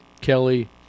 Kelly